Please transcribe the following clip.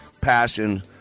Passion